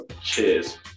cheers